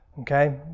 Okay